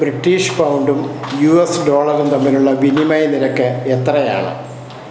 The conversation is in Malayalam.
ബ്രിട്ടീഷ് പൗണ്ടും യു എസ് ഡോളറും തമ്മിലുള്ള വിനിമയ നിരക്ക് എത്രയാണ്